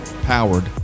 Powered